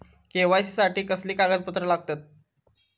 KYC साठी कसली कागदपत्र लागतत?